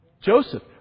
Joseph